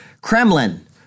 Kremlin